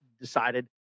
decided